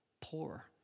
Poor